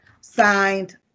signed